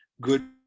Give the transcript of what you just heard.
good